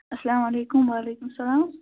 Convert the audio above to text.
اَسلامُ علیکُم وعلیکُم سلام